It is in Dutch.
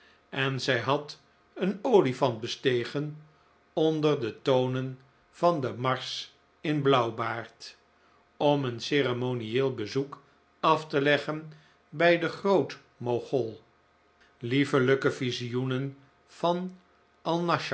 en zij had een olifant bestegen onder de tonen van den marsch in blauwbaard om een ceremonieel bezoek af te leggen bij den groot mogol liefelijke visioenen van